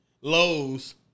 Lowe's